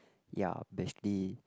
ya basically